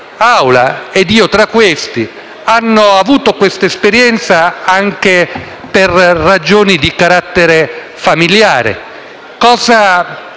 - e io tra questi - hanno avuto quest'esperienza anche per ragioni di carattere familiare. E cosa